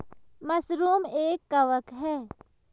mushroom एक कवक है